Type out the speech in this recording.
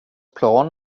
plan